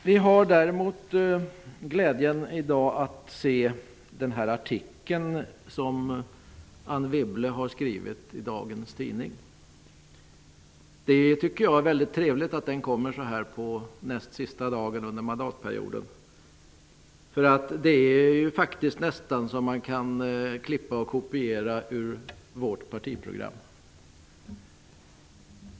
Vi har däremot i dag haft glädjen att se Anne Wibbles artikel i dagens tidning. Jag tycker att det är mycket trevligt att den kommer på den näst sista dagen av mandatperioden. Den är nästan som klippt ur vårt partiprogam.